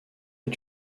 est